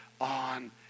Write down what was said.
on